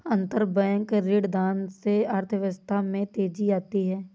अंतरबैंक ऋणदान से अर्थव्यवस्था में तेजी आती है